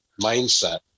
mindset